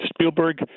Spielberg